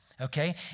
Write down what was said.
okay